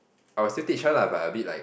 I will still teach her lah but a bit like